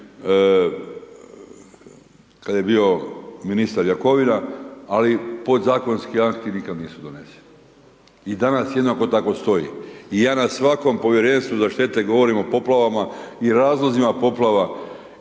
kad je bio ministar Jakovina, ali podzakonski akti nikad nisu doneseni. I danas jednako tako stoji i ja na svakom povjerenstvu za štete govorim o poplavama i razlozima poplava